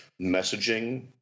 messaging